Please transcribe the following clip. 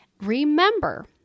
Remember